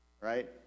Right